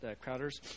Crowder's